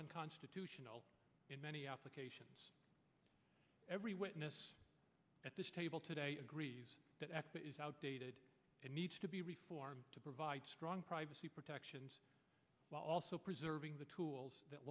unconstitutional in many applications every witness at this table today agrees that it is outdated it needs to be reformed to provide strong privacy protections while also preserving the tools that